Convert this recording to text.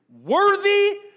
worthy